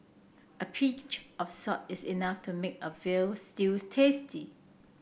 a pinch of salt is enough to make a veal stew tasty